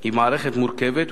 היא מערכת מורכבת,